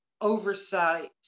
oversight